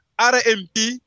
RMP